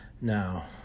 Now